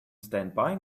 standby